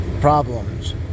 problems